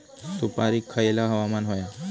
सुपरिक खयचा हवामान होया?